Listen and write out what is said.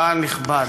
קהל נכבד.